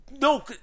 No